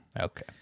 okay